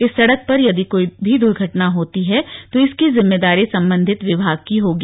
इस सड़क पर यदि कोई भी दुर्घटना होती है तो इसकी जिम्मेदारी संबंधित विभाग की होगी